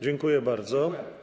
Dziękuję bardzo.